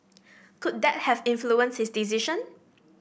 could that have influenced his decision